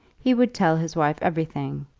he would tell his wife everything,